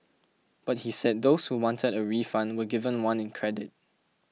but he said those who wanted a refund were given one in credit